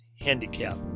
Handicap